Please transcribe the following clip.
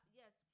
yes